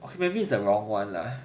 okay maybe it's the wrong [one] lah